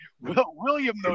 William